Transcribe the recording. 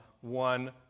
one